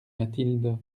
mathilde